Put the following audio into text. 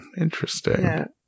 Interesting